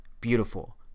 beautiful